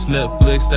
Netflix